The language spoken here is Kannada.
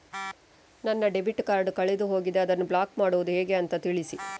ನನ್ನ ಡೆಬಿಟ್ ಕಾರ್ಡ್ ಕಳೆದು ಹೋಗಿದೆ, ಅದನ್ನು ಬ್ಲಾಕ್ ಮಾಡುವುದು ಹೇಗೆ ಅಂತ ತಿಳಿಸಿ?